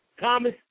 Thomas